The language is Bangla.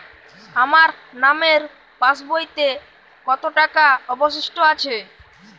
আমার নামের পাসবইতে কত টাকা অবশিষ্ট আছে?